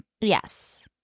yes